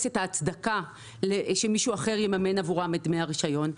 את ההצדקה שמישהו אחר יממן עבורם את דמי הרישיון,